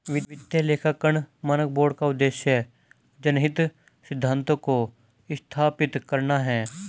वित्तीय लेखांकन मानक बोर्ड का उद्देश्य जनहित सिद्धांतों को स्थापित करना है